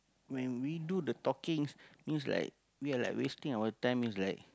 when we do the talking it means like we're like wasting our time it's like